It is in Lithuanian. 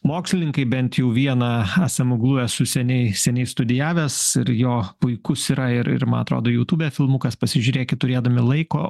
mokslininkai bent jau vieną asemoglu esu seniai seniai studijavęs ir jo puikus yra ir ir man atrodo jutūbe filmukas pasižiūrėkit turėdami laiko